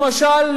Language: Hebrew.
למשל,